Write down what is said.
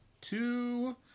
Two